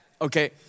Okay